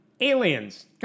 aliens